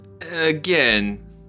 Again